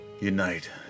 unite